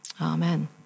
Amen